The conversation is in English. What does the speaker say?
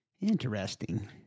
Interesting